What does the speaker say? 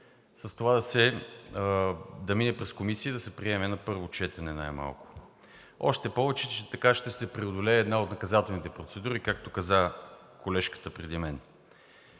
с това да мине през комисия и да се приеме на първо четене най-малкото, още повече, че така ще се преодолее една от наказателните процедури, както каза колежката преди мен.